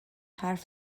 حرف